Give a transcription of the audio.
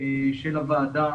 של הוועדה,